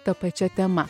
ta pačia tema